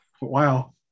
wow